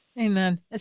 Amen